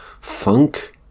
funk